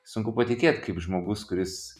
sunku patikėti kaip žmogus kuris